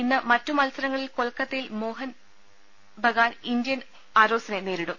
ഇന്ന് മറ്റു മത്സരങ്ങളിൽ കൊൽക്കത്തയിൽ മോഹൻ ബഗാൻ ഇന്ത്യൻ ആരോസിനെ നേരിടും